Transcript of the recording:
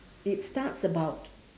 it starts about